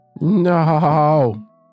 No